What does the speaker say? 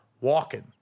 walking